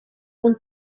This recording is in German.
und